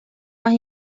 más